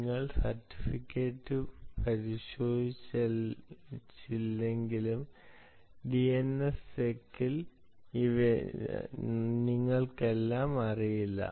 നിങ്ങൾ സർട്ടിഫിക്കറ്റ് പരിശോധിച്ചെങ്കിലും DNSsec ൽ നിങ്ങൾക്കെല്ലാം അറിയില്ല